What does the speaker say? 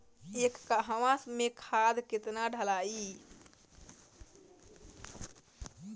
एक कहवा मे खाद केतना ढालाई?